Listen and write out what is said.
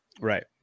Right